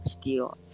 steel